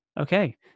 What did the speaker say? okay